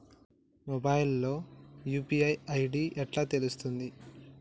Mobile లో UPI ID ఎట్లా తెలుస్తది?